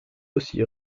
aussi